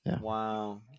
wow